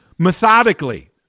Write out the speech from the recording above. methodically